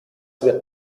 wird